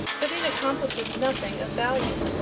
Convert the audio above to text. but it accomplishes nothing of value.